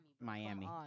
Miami